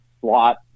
slot